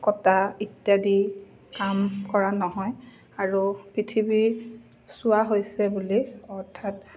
কটা ইত্যাদি কাম কৰা নহয় আৰু পৃথিৱীৰ চুৱা হৈছে বুলি অৰ্থাৎ